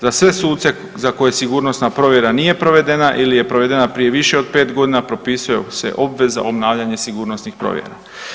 Za sve sudce za koje sigurnosna provjera nije provedena ili je provedena prije više od 5 godina, propisuje se obveza obnavljanje sigurnosnih provjera.